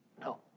no